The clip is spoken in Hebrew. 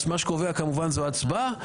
מה שקובע כמובן זו ההצבעה,